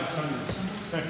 בבקשה.